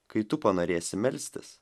kai tu panorėsi melstis